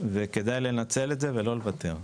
וכדאי לנצל את זה ולא לוותר.